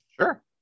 Sure